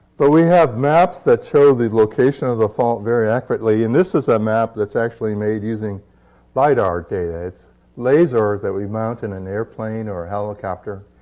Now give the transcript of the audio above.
but we have maps that show the location of the fault very accurately. and this is a map that's actually made using lidar data. it's laser that we mount in an airplane or a helicopter.